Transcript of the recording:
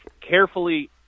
carefully